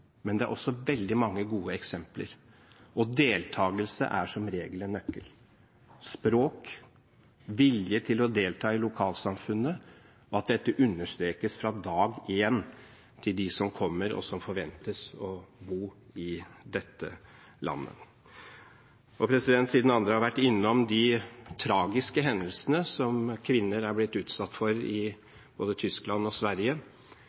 men det er også veldig mange gode eksempler. Deltagelse er som regel en nøkkel – språk og vilje til å delta i lokalsamfunnet – og dette bør understrekes fra dag én til dem som kommer, og som forventes å bo i dette landet. Siden andre har vært innom de tragiske hendelsene som kvinner er blitt utsatt for i både Tyskland og Sverige,